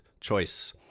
choice